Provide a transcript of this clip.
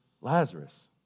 Lazarus